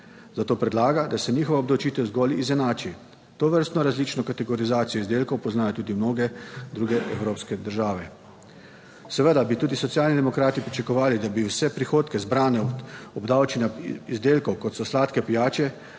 zato predlaga, da se njihova obdavčitev zgolj izenači. Tovrstno različno kategorizacijo izdelkov poznajo tudi mnoge druge evropske države. Seveda bi tudi Socialni demokrati pričakovali, da bi vse prihodke zbrane obdavčenja izdelkov kot so sladke pijače,